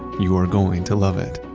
you are going to love it.